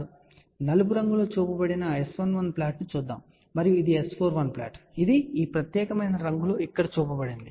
ఇప్పుడు నలుపు రంగులో చూపబడిన S11 ప్లాట్ను చూద్దాం మరియు ఇది S41 ప్లాట్ ఇది ఈ ప్రత్యేకమైన రంగులో ఇక్కడ చూపబడింది